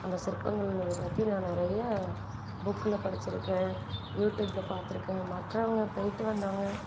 அந்த சிற்பங்கள் பற்றி நான் நிறைய புக்கில் படித்திருக்கேன் யூடியூப்பில் பார்த்துருக்கேன் மற்றவங்கள் போய்ட்டு வந்தவங்கள்